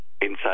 inside